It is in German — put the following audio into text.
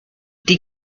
die